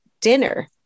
dinner